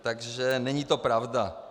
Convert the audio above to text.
Takže není to pravda.